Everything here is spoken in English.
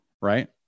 right